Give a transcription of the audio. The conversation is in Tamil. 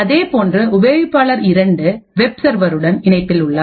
அதேபோன்றுஉபயோகிப்பாளர் 2 வெப் சர்வருடன் இணைப்பில் உள்ளார்